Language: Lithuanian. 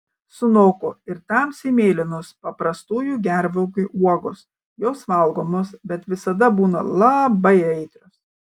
sunoko ir tamsiai mėlynos paprastųjų gervuogių uogos jos valgomos bet visada būna labai aitrios